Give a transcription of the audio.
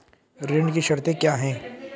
ऋण की शर्तें क्या हैं?